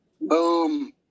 Boom